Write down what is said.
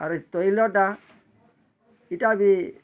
ଆର୍ ଇ ତଇଲଟା ଇଟା ବି